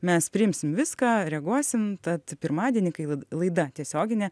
mes priimsim viską reaguosim tad pirmadienį kai laida tiesioginė